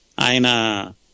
aina